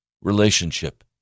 relationship